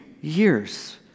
years